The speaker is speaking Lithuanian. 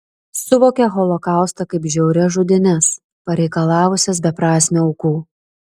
suvokia holokaustą kaip žiaurias žudynes pareikalavusias beprasmių aukų